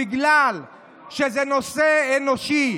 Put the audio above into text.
בגלל שזה נושא אנושי,